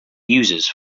users